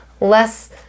less